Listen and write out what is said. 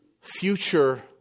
future